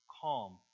calm